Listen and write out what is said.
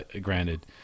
granted